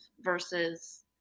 versus